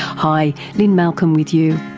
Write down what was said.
hi, lynne malcolm with you.